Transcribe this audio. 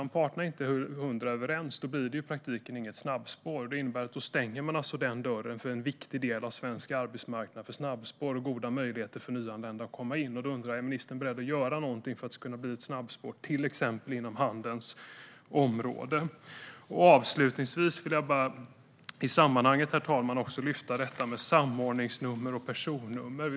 Om parterna inte är hundraprocentigt överens blir det i praktiken inget snabbspår, och det innebär att man stänger dörren för en viktig del av svensk arbetsmarknad för snabbspår och goda möjligheter för nyanlända att komma in. Då undrar jag: Är ministern beredd att göra någonting för att det ska kunna bli ett snabbspår till exempel inom handelns område? Avslutningsvis vill jag i sammanhanget, herr talman, lyfta fram det här med samordningsnummer och personnummer.